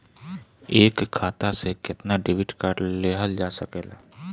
एक खाता से केतना डेबिट कार्ड लेहल जा सकेला?